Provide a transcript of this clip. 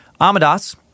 Amadas